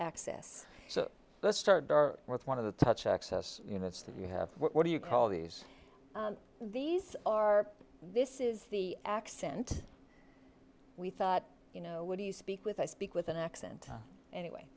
access so let's start with one of the touch access you know it's that you have what do you call these these are this is the accent we thought you know what do you speak with i speak with an accent anyway